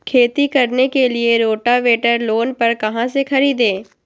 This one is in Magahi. खेती करने के लिए रोटावेटर लोन पर कहाँ से खरीदे?